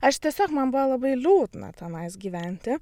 aš tiesiog man buvo labai liūdna tenais gyventi